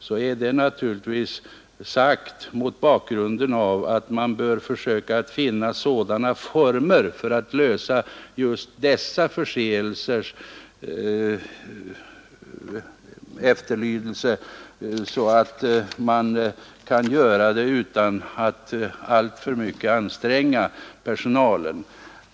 Man bör här naturligtvis försöka få sådana former för kontroll av laglydnaden att man kan klara denna uppgift utan att alltför mycket anstränga de personella resurserna.